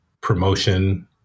promotion